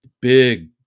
big